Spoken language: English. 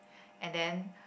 and then